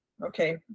Okay